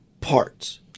parts